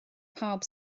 pawb